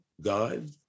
God